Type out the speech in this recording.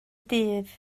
dydd